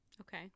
Okay